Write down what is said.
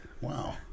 Wow